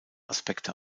aspekte